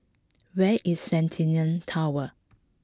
where is Centennial Tower